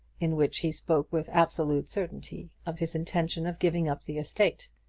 in which he spoke with absolute certainty of his intention of giving up the estate.